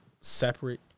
separate